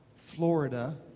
Florida